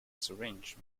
syringe